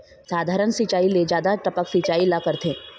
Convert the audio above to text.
साधारण सिचायी ले जादा टपक सिचायी ला करथे